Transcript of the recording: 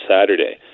Saturday